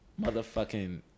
Motherfucking